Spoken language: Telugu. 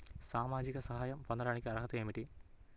సామాజిక సహాయం పొందటానికి అర్హత ఏమిటి?